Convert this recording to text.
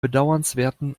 bedauernswerten